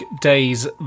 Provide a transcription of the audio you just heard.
days